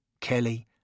Kelly